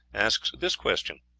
asks this question,